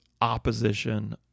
opposition